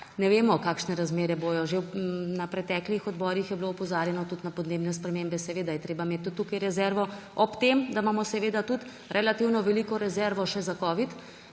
ne vemo, kakšne razmere bodo. Že na preteklih odborih je bilo opozarjano na podnebne spremembe, seveda je treba imeti tudi tukaj rezervo. Ob tem, da imamo tudi relativno veliko rezervo še za covid,